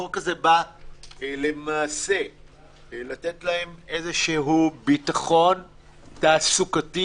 החוק הזה בא לתת להם איזשהו ביטחון תעסוקתי-כלכלי,